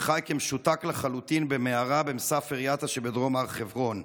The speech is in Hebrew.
שחי כמשותק לחלוטין במערה במסאפר-יטא שבדרום הר חברון.